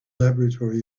laboratory